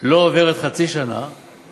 לא עוברת חצי שנה,